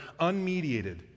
unmediated